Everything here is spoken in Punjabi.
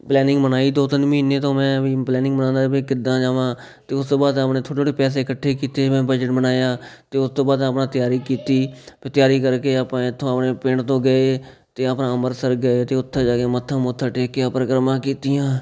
ਪਲੈਨਿੰਗ ਬਣਾਈ ਦੋ ਤਿੰਨ ਮਹੀਨੇ ਤੋਂ ਮੈਂ ਵੀ ਪਲੈਨਿੰਗ ਬਣਾਉਂਦਾ ਵੀ ਕਿੱਦਾਂ ਜਾਵਾਂ ਅਤੇ ਉਸ ਤੋਂ ਬਾਅਦ ਆਪਣੇ ਥੋੜ੍ਹੇ ਥੋੜ੍ਹੇ ਪੈਸੇ ਇਕੱਠੇ ਕੀਤੇ ਮੈਂ ਬਜਟ ਬਣਾਇਆ ਅਤੇ ਉਸ ਤੋਂ ਬਾਅਦ ਆਪਣਾ ਤਿਆਰੀ ਕੀਤੀ ਫੇਰ ਤਿਆਰੀ ਕਰਕੇ ਆਪਾਂ ਇੱਥੋਂ ਆਪਣੇ ਪਿੰਡ ਤੋਂ ਗਏ ਅਤੇ ਆਪਣਾ ਅੰਬਰਸਰ ਗਏ ਅਤੇ ਉੱਥੇ ਜਾ ਕੇ ਮੱਥਾ ਮੁੱਥਾ ਟੇਕ ਕੇ ਪਰਿਕਰਮਾ ਕੀਤੀਆਂ